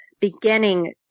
beginning